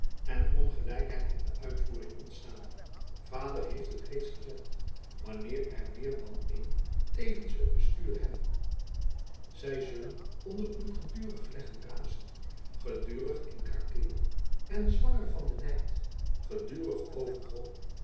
en ongelijkheid in de uitvoering ontstaan vader heeft het reeds gezegd wanneer er meer dan een tevens het bestuur hebben zy sullen onder een geduerigh leggen rasen geduerigh in krakeel en swanger van den nijt